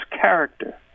character